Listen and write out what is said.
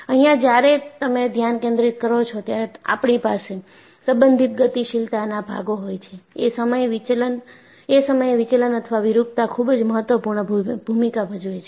અહીંયાજ્યારે તમે ધ્યાન કેન્દ્રિત કરો છો ત્યારે આપણી પાસે સબંધિત ગતિશીલતાના ભાગો હોય છે એ સમયે વિચલન અથવા વિરૂપતા ખૂબ જ મહત્વપૂર્ણ ભૂમિકા ભજવે છે